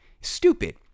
Stupid